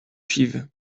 suivent